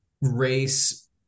race